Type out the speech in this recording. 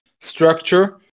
structure